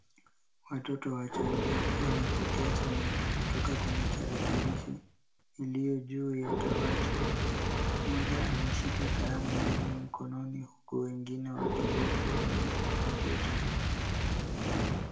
Watoto wachanga wanapokea somo kutoka kwenye tarakilishi iliyo juu ya dawati. Mmoja ameshika kalamu mbili mkononi huku wengine wakibofya kwenye kompyuta.